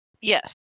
yes